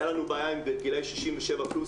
הייתה לנו בעיה עם גילאי 67 פלוס,